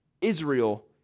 Israel